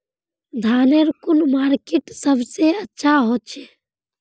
धानेर कुन माटित सबसे अच्छा होचे?